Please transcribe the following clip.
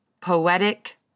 poetic